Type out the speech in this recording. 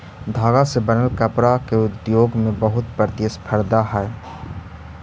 धागा से बनल कपडा के उद्योग में बहुत प्रतिस्पर्धा हई